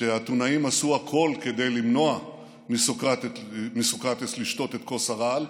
שהאתונאים עשו הכול כדי למנוע מסוקרטס לשתות את כוס הרעל,